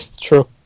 True